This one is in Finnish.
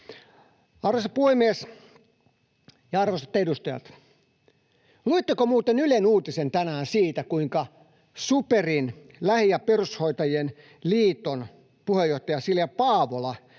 Arvoisa puhemies ja arvoisat edustajat! Luitteko muuten Ylen uutisen tänään siitä, kuinka SuPerin, lähi‑ ja perushoitajaliiton, puheenjohtaja Silja Paavola